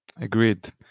Agreed